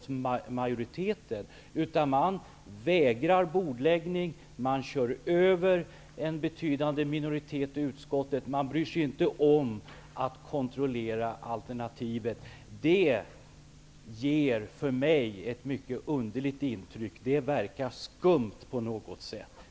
Utskottsmajoriteten vägrar att bordlägga ärendet, kör över en betydande minoritet i utskottet och bryr sig inte om att kontrollera alternativet. På mig gör detta ett mycket underligt intryck. Det verkar på något sätt skumt.